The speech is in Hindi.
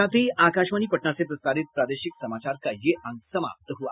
इसके साथ ही आकाशवाणी पटना से प्रसारित प्रादेशिक समाचार का ये अंक समाप्त हुआ